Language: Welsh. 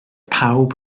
pawb